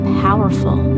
powerful